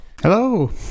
Hello